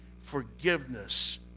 Forgiveness